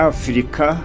Africa